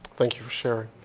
thank you for sharing.